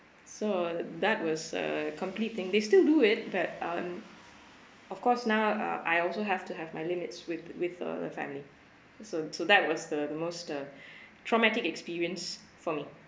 so that was a complete thing they still do it but um of course now uh I also have to have my limits with with uh the family so so that was the most uh traumatic experience for me